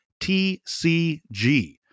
TCG